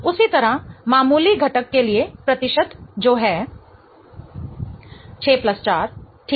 उसी तरह मामूली घटक के लिए प्रतिशत जो है minor enantiomer 4 X 100 40 6 4 ठीक है